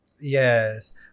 yes